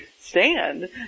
stand